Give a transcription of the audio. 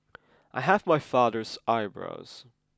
I have my father's eyebrows